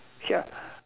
ya